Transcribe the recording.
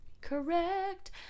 correct